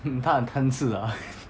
hmm 她很贪吃啊